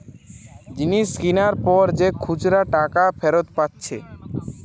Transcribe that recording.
জিনিস কিনার পর যে খুচরা টাকা ফিরত পাচ্ছে